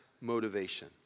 motivation